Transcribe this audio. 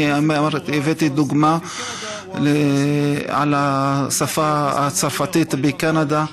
אני הבאתי כדוגמה את השפה הצרפתית בקנדה,